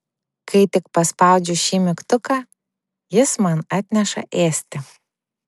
kai tik paspaudžiu šį mygtuką jis man atneša ėsti